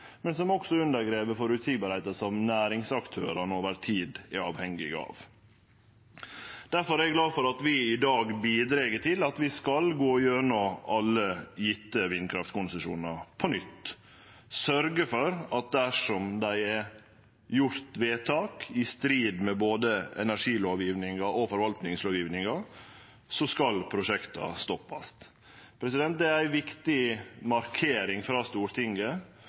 undergrev den føreseielegheita som næringsaktørane over tid er avhengige av. Difor er eg glad for at vi i dag bidreg til at vi skal gå gjennom alle gjevne vindkraftkonsesjonane på nytt og sørgje for at dersom det er gjort vedtak i strid med både energilovgjevinga og forvaltningslovgjevinga, skal prosjekta stoppast. Det er ei viktig markering frå Stortinget